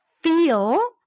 feel